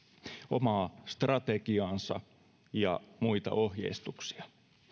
omaa strategiaansa ja muita ohjeistuksia